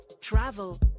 travel